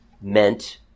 meant